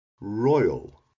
Royal